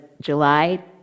July